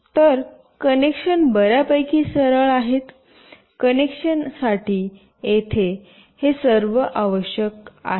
तर कनेक्शन बर्यापैकी सरळ आहे कनेक्शन साठी येथे हे सर्व आवश्यक आहे